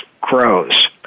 grows